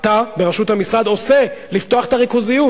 אתה, בראשות המשרד, עושה לפתוח את הריכוזיות.